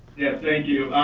yeah, thank you.